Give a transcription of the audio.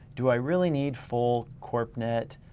do i really need full corpnet,